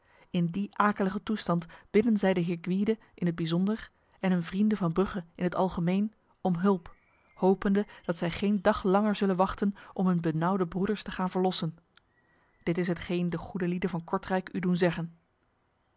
in die akelige toestand bidden zij de heer gwyde in het bijzonder en hun vrienden van brugge in het algemeen om hulp hopende dat zij geen dag langer zullen wachten om hun benauwde broeders te gaan verlossen dit is hetgeen de goede lieden van kortrijk u doen zeggen